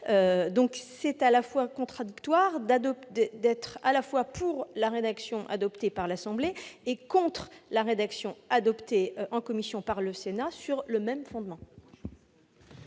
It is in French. Il est contradictoire d'être, à la fois, pour la rédaction adoptée par les députés et contre la rédaction adoptée en commission par le Sénat sur le même fondement.